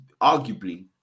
arguably